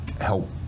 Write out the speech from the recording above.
help